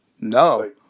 No